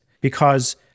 Because-